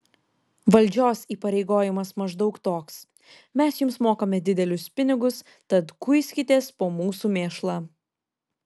valdžios įpareigojimas maždaug toks mes jums mokame didelius pinigus tad kuiskitės po mūsų mėšlą